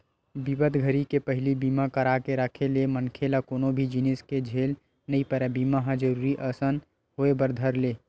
बिपत घरी के पहिली बीमा करा के राखे ले मनखे ल कोनो भी जिनिस के झेल नइ परय बीमा ह जरुरी असन होय बर धर ले